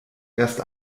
erst